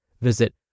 Visit